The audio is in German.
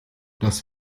das